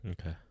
Okay